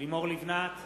לימור לבנת,